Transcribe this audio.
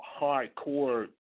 hardcore